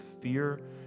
fear